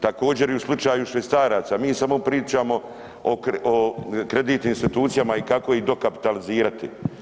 Također i u slučaju švicaraca, mi samo pričamo o kreditnim institucijama i kako ih dokapitalizirati.